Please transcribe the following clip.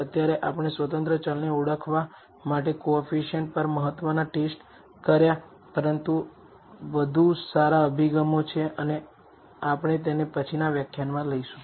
અત્યારે આપણે સ્વતંત્ર ચલને ઓળખવા માટે કોએફીસીએંટ પર મહત્ત્વના ટેસ્ટ કર્યા પરંતુ વધુ સારા અભિગમો છે અને આપણે તેને પછીના વ્યાખ્યાનોમાં લઈશું